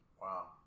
Wow